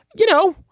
you know.